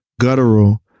guttural